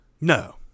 No